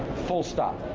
full stop.